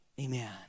Amen